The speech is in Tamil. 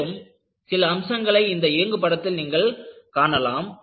மேலும் சில அம்சங்களை இந்த இயங்கு படத்தில் நீங்கள் காணலாம்